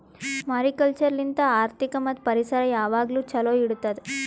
mariculture ಲಿಂತ್ ಆರ್ಥಿಕ ಮತ್ತ್ ಪರಿಸರ ಯಾವಾಗ್ಲೂ ಛಲೋ ಇಡತ್ತುದ್